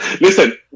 listen